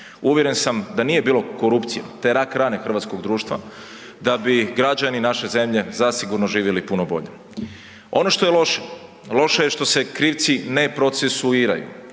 Uvjeren sam da nije bilo korupcije, te rak rane hrvatskog društva da bi građani naše zemlje zasigurno živjeli puno bolje. Ono što je loše, loše je što se krivci ne procesuiraju.